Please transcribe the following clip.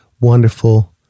wonderful